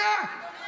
טופלו.